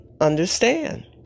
understand